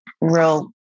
real